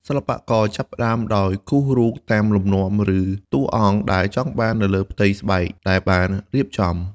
សិល្បករចាប់ផ្តើមដោយគូសរូបតាមលំនាំឬតួអង្គដែលចង់បាននៅលើផ្ទៃស្បែកដែលបានរៀបចំ។